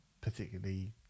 particularly